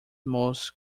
most